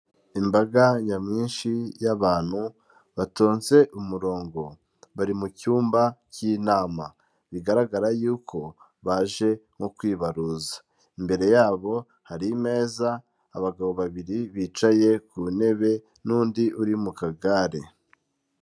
Imbaga nyamwinshi y'abantu batonze umurongo, bari mu cyumba k'inama, bigaragara yuko baje nko kwibaruza, imbere yabo hari imeza, abagabo babiri bicaye ku ntebe n'undi uri mu kagare.